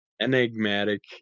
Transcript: enigmatic